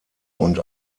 und